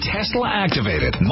Tesla-activated